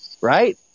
Right